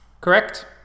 correct